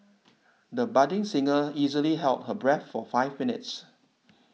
the budding singer easily held her breath for five minutes